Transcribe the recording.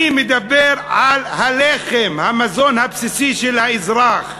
אני מדבר על הלחם, המזון הבסיסי של האזרח.